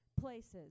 places